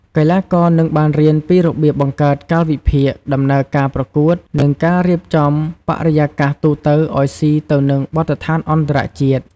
កីឡាករនឹងបានរៀនពីរបៀបបង្កើតកាលវិភាគ ដំណើរការប្រកួត និងការរៀបចំបរិយាកាសទូទៅឲ្យស៊ីទៅនឹងបទដ្ឋានអន្តរជាតិ។